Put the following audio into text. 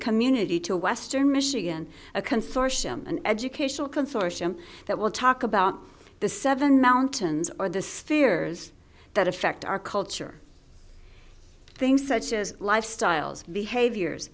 community to western michigan a consortium an educational consortium that will talk about the seven mountains or the steers that affect our culture things such as lifestyles behaviors